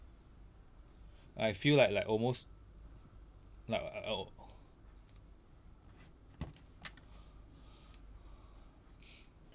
I feel like like almost like